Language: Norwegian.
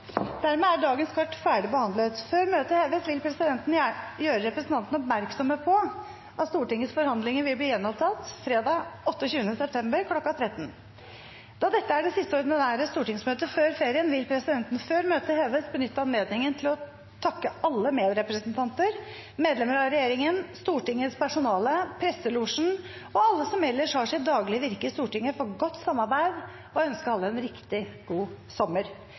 Dermed er dagens kart ferdigbehandlet. Før møtet heves vil presidenten gjøre representantene oppmerksom på at Stortingets forhandlinger vil bli gjenopptatt fredag den 28. september kl. 13. Da dette er det siste ordinære stortingsmøtet før ferien, vil presidenten benytte anledningen til å takke alle medrepresentanter, medlemmer av regjeringen, Stortingets personale, presselosjen og alle som ellers har sitt daglige virke i Stortinget, for godt samarbeid og ønske alle en riktig god sommer!